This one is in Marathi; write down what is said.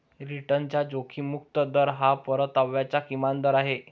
रिटर्नचा जोखीम मुक्त दर हा परताव्याचा किमान दर आहे